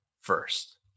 first